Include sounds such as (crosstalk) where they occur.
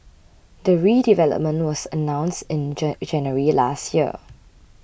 the redevelopment was announced in (unintelligible) January last year